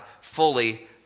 fully